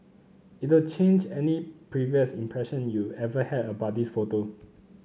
it'll change any previous impression you ever had about this photo